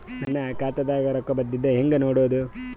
ನನ್ನ ಖಾತಾದಾಗ ರೊಕ್ಕ ಬಂದಿದ್ದ ಹೆಂಗ್ ನೋಡದು?